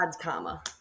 comma